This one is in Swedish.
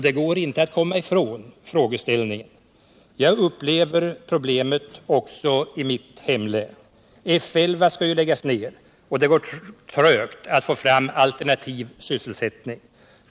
Det går inte att komma ifrån den frågeställningen. Jag upplever problemet också i mitt hemlän. F 11 skall ju läggas ned och det går trögt att få fram alternativ sysselsättning.